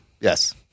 Yes